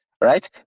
right